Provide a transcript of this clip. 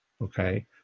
okay